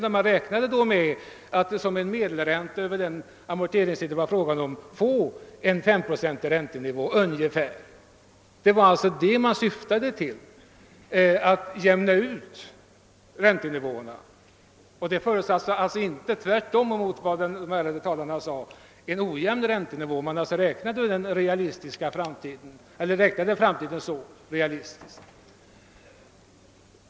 Och då räknade man med en medelränta på 5 procent under den tid som det var fråga om. Man ville jämna ut räntenivåerna och förutsatte inte, som den ärade talaren sade, en ojämn räntenivå. Man räknade där realistiskt för framtiden.